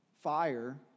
fire